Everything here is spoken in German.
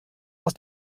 aus